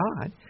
God